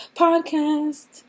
podcast